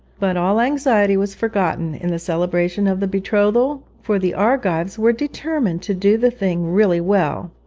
but all anxiety was forgotten in the celebration of the betrothal, for the argives were determined to do the thing really well.